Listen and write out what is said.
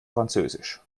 französisch